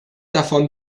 davon